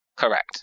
Correct